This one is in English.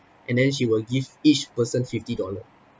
and then she will give each person fifty dollar